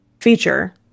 feature